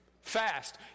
Fast